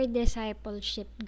discipleship